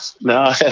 no